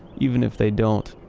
even if they don't,